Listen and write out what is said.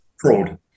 fraud